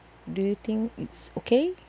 do you think it's okay